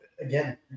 again